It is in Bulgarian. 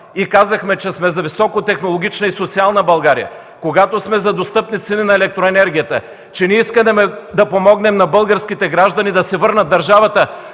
и казахме, че сме за високотехнологична и социална България, за достъпни цени на електроенергията, искаме да помогнем на българските граждани да си върнат държавата